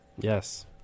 Yes